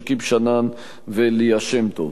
שכיב שנאן וליה שמטוב.